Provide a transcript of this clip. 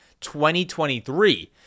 2023